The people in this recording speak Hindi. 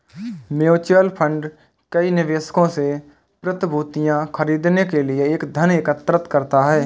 म्यूचुअल फंड कई निवेशकों से प्रतिभूतियां खरीदने के लिए धन एकत्र करता है